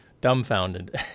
dumbfounded